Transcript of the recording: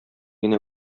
генә